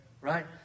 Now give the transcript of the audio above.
right